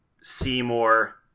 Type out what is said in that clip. Seymour